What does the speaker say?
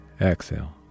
exhale